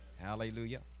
Hallelujah